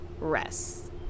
rest